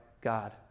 God